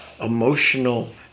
emotional